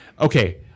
Okay